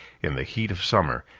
in the heat of summer,